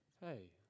Hey